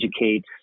educate